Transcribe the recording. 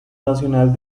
nacional